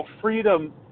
freedom